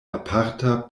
aparta